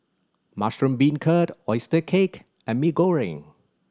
mushroom beancurd oyster cake and Mee Goreng